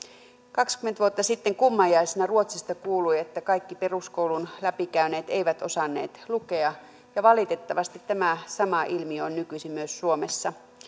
kaksikymmentä vuotta sitten kummajaisena ruotsista kuului että kaikki peruskoulun läpikäyneet eivät osanneet lukea ja valitettavasti tämä sama ilmiö on nykyisin myös suomessa